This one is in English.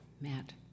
Matt